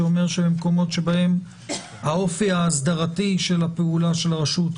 שאומר שבמקומות שבהם האופי האסדרתי של פעולת הרשות,